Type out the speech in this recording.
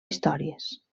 històries